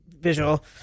visual